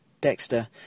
Dexter